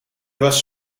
was